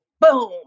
boom